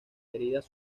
heridas